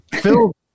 Phil